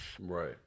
Right